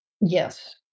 Yes